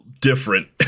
different